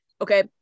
okay